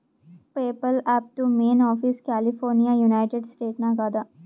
PayPal ಆ್ಯಪ್ದು main office California United States ನಾಗ್ ಅದಾ